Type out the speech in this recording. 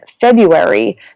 February